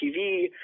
TV